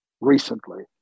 recently